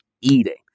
eating